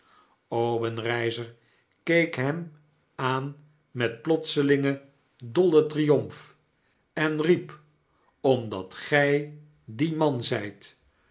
obenreizer keek hem aan met plotselingen dollen triomf en riep omdat gjj die man zyt